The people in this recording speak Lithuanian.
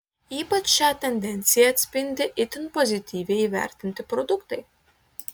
ypač šią tendenciją atspindi itin pozityviai įvertinti produktai